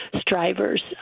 strivers